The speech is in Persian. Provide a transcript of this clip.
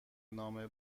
نامه